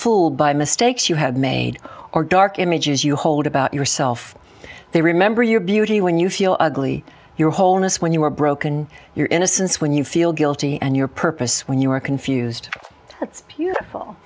fooled by mistakes you have made or dark images you hold about yourself they remember your beauty when you feel ugly your holiness when you are broken your innocence when you feel guilty and your purpose when you are confused that's beautiful